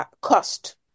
cost